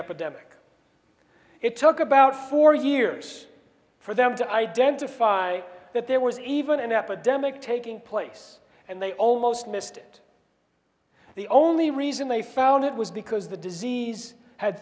epidemic it took about four years for them to identify that there was even an epidemic taking place and they almost missed it the only reason they found it was because the disease had